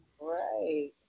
Right